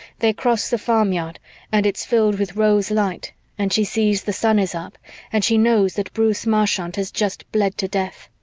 they cross the farmyard and it's filled with rose light and she sees the sun is up and she knows that bruce marchant has just bled to death.